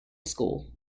school